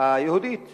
היהודית